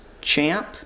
champ